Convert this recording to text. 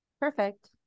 perfect